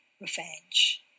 revenge